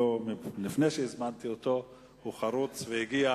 לפני שהזמנתי אותו, הוא חרוץ והגיע